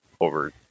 over